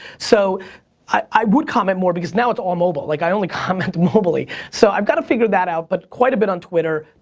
so i would comment more because now it's all mobile, like i only comment mobilely. so, i've gotta figure that out but quite a bit on twitter.